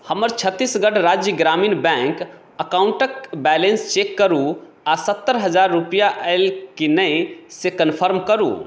हमर छत्तीसगढ़ राज्य ग्रामीण बैंक अकाउंटक बैलेन्स चेक करू आ सत्तरि हजार रूपैआ आयल कि नहि से कन्फर्म करू